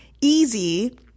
easy